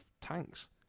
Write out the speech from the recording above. tanks